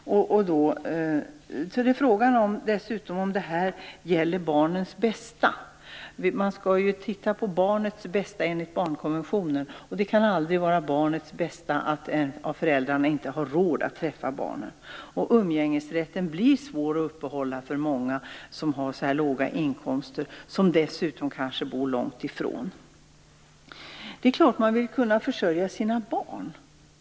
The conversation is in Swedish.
Frågan är också om detta innebär barnens bästa. Enligt barnkonventionen skall man ju utgå från barnens bästa. Det kan aldrig vara fråga om barnens bästa om ena föräldern inte har råd att träffa dem. Umgängesrätten blir svår att upprätthålla för många som har låga inkomster och som dessutom kanske bor långt ifrån barnen. Det är klart att man vill kunna försörja sina barn.